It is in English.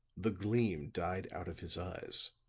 the gleam died out of his eyes,